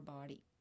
body